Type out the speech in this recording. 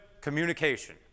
communication